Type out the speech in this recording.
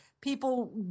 people